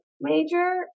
major